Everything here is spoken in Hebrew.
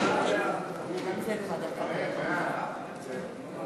להעביר את הצעת חוק האפוטרופוס הכללי (תיקון,